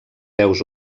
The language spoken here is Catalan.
veus